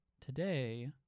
today